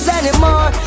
anymore